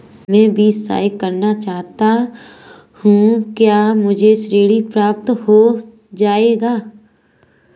मैं बीएससी करना चाहता हूँ क्या मुझे ऋण प्राप्त हो जाएगा?